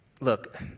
Look